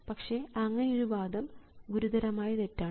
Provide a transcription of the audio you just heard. പക്ഷേ അങ്ങനെയൊരു വാദം ഗുരുതരമായ തെറ്റാണ്